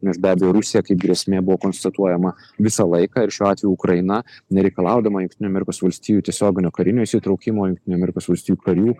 nes be abejo rusija kaip grėsmė buvo konstatuojama visą laiką ir šiuo atveju ukraina nereikalaudama jungtinių amerikos valstijų tiesioginio karinio įsitraukimo jungtinių amerikos valstijų karių